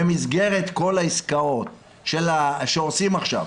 במסגרת כל העסקאות שעושים עכשיו,